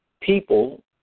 People